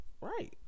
Right